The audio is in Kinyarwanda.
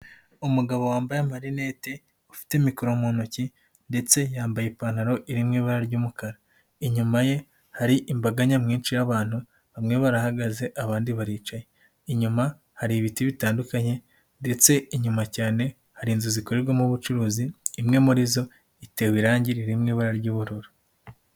Umugabo wambaye amarinete ufite mikoro mu ntoki ndetse yambaye ipantaro iri mu ibara ry'umukara, inyuma ye hari imbaga nyamwinshi y'abantu bamwe barahagaze abandi baricaye, inyuma hari ibiti bitandukanye ndetse inyuma cyane hari inzu zikorerwamo ubucuruzi, imwe muri zo itewe irangi riri mu ibara ry'ubururu.